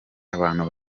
abantu